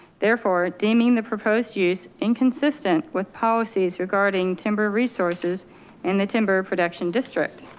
therefore deeming the proposed use inconsistent with policies regarding timber resources and the timber production district